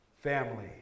family